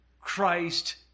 Christ